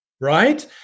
Right